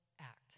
act